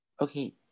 Okay